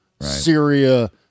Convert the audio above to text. Syria